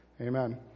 Amen